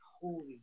holy